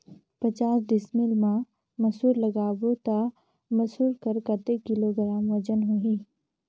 पचास डिसमिल मा मसुर लगाबो ता मसुर कर कतेक किलोग्राम वजन होही?